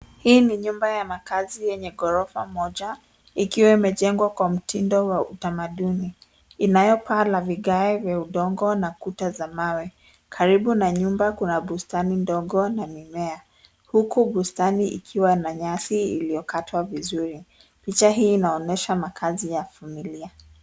Hii ni nyumba ya makazi yenye ghorofa moja ikiwa imejengwa kwa mtindo wa utamaduni, inahepa la vigae vya udongo na kuta za mawe, karibu na nyumba kuna bustani ndogo na mimea huku bustani ikiwa na nyasi iliyokatwa vizuri, picha hii inaonesha makazi ya familia.